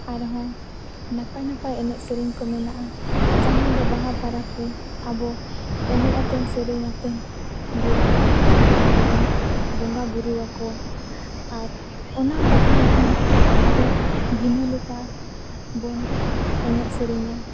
ᱟᱨᱦᱚᱸ ᱱᱟᱯᱟᱭᱼᱱᱟᱯᱟᱭ ᱮᱱᱮᱡᱼᱥᱮᱨᱮᱧᱠᱚ ᱢᱮᱱᱟᱜᱼᱟ ᱡᱟᱦᱟᱸᱫᱚ ᱵᱟᱦᱟ ᱯᱟᱨᱟᱵᱽᱨᱮ ᱟᱵᱚ ᱮᱱᱮᱡ ᱟᱛᱮᱱ ᱥᱮᱨᱮᱧ ᱟᱛᱮᱱᱜᱮ ᱵᱚᱸᱜᱟ ᱠᱚᱵᱚᱱ ᱵᱚᱸᱜᱟᱼᱵᱳᱨᱳᱣ ᱟᱠᱚᱣᱟ ᱟᱨ ᱚᱱᱟ ᱵᱟᱦᱟᱨᱮᱦᱚᱸ ᱟᱹᱰᱤ ᱵᱷᱤᱱᱟᱹ ᱞᱮᱠᱟᱵᱚᱱ ᱮᱱᱮᱡᱼᱥᱮᱨᱮᱧᱟ